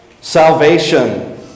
salvation